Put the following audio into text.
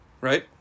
Right